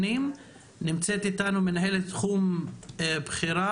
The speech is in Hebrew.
נמצאת איתנו מנהלת תחום בכירה